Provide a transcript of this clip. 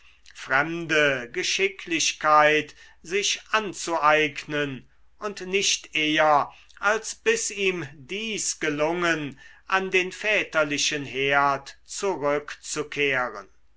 fremde geschicklichkeit sich anzueignen und nicht eher als bis ihm dies gelungen an den väterlichen herd zurückzukehren